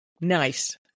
Nice